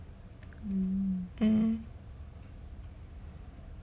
um